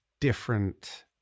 different